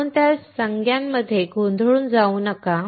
म्हणून त्या संज्ञांमध्ये गोंधळून जाऊ नका